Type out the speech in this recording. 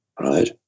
right